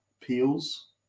Peels